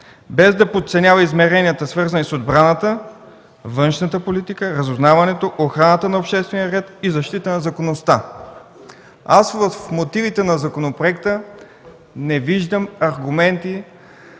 без да подценява измеренията, свързани с отбраната, външната политика, разузнаването, охраната на обществения ред и защита на законността. В мотивите на законопроекта не виждам аргументи